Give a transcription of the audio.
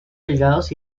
delgados